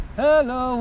hello